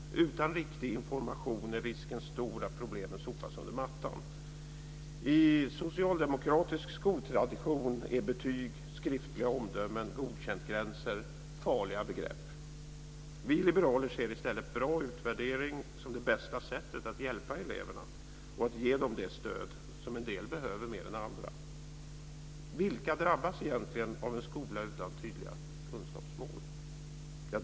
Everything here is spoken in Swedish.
Utan riktig information är risken stor att problemen sopas under mattan. I socialdemokratisk skoltradition är betyg, skriftliga omdömen och godkäntgränser farliga begrepp. Vi liberaler ser i stället bra utvärdering som det bästa sättet att hjälpa eleverna och att ge dem det stöd som en del behöver mer än andra. Vilka drabbas egentligen av en skola utan tydliga kunskapsmål?